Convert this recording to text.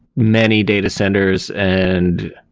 many data centers. and